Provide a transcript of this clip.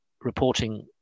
reporting